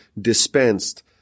dispensed